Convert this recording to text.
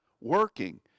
working